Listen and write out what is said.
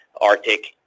Arctic